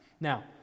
Now